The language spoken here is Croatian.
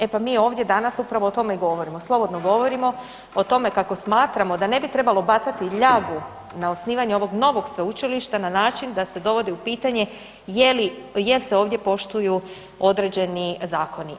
E pa mi ovdje danas upravo o tome i govorimo, slobodno govorimo o tome kako smatramo da ne bi trebalo bacati ljagu na osnivanje ovog novog sveučilišta na način da se dovodi u pitanje je li, jel se ovdje poštuju određeni zakoni.